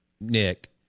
Nick